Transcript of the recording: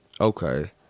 Okay